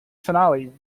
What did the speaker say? finale